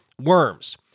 worms